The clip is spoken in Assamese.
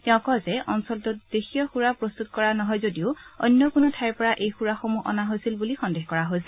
তেওঁ কয় যে অঞ্চলটোত দেশীয় সুৰা প্ৰস্তত কৰা নহয় যদিও অন্য কোনো ঠাইৰ পৰা এই সুৰাসমূহ অনা হৈছিল বুলি সন্দেহ কৰা হৈছে